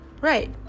Right